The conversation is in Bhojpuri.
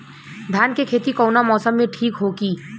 धान के खेती कौना मौसम में ठीक होकी?